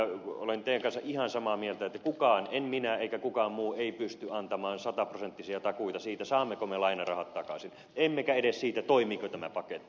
olen teidän kanssanne ihan samaa mieltä että kukaan en minä eikä kukaan muu pysty antamaan sataprosenttisia takuita siitä saammeko me lainarahat takaisin emmekä edes siitä toimiiko tämä paketti